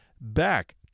back